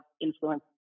influence